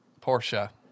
Portia